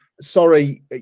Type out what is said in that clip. sorry